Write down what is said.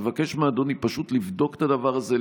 מבקש מאדוני פשוט לבדוק את הדבר הזה,